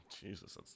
Jesus